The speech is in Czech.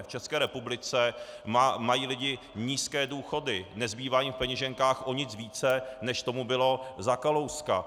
V České republice mají lidé nízké důchody, nezbývá jim v peněženkách o nic více, než tomu bylo za Kalouska.